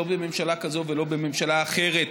לא בממשלה כזאת ולא בממשלה אחרת,